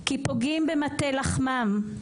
כי פוגעים במטה לחמם.